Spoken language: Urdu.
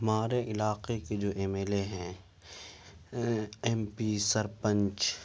ہمارے علاقے کے جو ایم ایل اے ہیں ایم پی سرپنچ